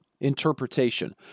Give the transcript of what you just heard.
interpretation